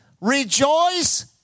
Rejoice